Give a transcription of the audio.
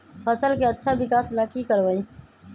फसल के अच्छा विकास ला की करवाई?